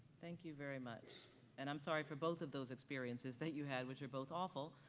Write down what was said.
thank you very much and i'm sorry for both of those experiences that you had, which are both awful.